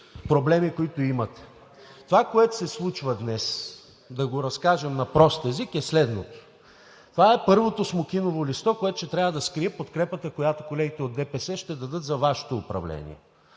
проблеми, които имате. Това, което се случва днес, да го разкажа на прост език, е следното. Това е първото смокиново листо, което ще трябва да скрие подкрепата, която колегите от ДПС ще дадат за Вашето управление,